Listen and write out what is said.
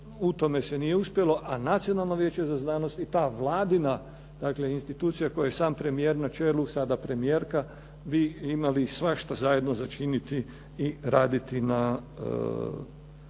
U tome se nije uspjelo, a Nacionalno vijeće za znanost i ta vladina, dakle institucija kojoj je sam premijer na čelu, sada premijerka bi imali svašta zajedno za činiti i raditi na